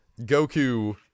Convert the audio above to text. Goku